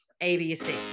ABC